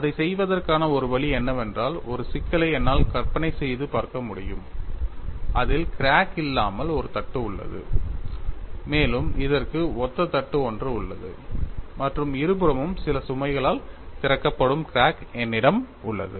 அதைச் செய்வதற்கான ஒரு வழி என்னவென்றால் ஒரு சிக்கலை என்னால் கற்பனை செய்து பார்க்க முடியும் அதில் கிராக் இல்லாமல் ஒரு தட்டு உள்ளது மேலும் இதற்கு ஒத்த தட்டு ஒன்று உள்ளது மற்றும் இருபுறமும் சில சுமைகளால் திறக்கப்படும் கிராக் என்னிடம் உள்ளது